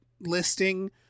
listing